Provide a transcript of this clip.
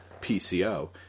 PCO